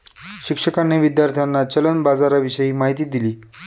शिक्षकांनी विद्यार्थ्यांना चलन बाजाराविषयी माहिती दिली